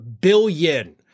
billion